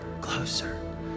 closer